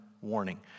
warning